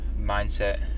Mindset